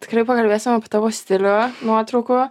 tikrai pakalbėsim apie tavo stilių nuotraukų